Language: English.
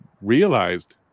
realized